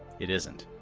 it isn't.